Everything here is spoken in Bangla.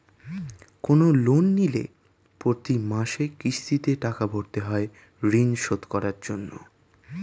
কোন লোন নিলে প্রতি মাসে কিস্তিতে টাকা ভরতে হয় ঋণ শোধ করার জন্য